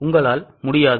உங்களால் முடியாது